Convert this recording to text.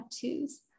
tattoos